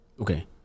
Okay